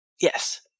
Yes